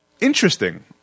interesting